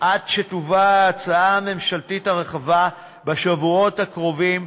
עד שתובא ההצעה הממשלתית הרחבה בשבועות הקרובים,